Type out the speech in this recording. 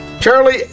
Charlie